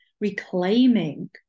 reclaiming